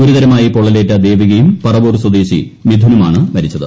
ഗുരുതരമായി പൊള്ളല്ടേറ്റ ദ്ദേവികയും പറവൂർ സ്വദേശി മിഥുനുമാണ് മരിച്ചത്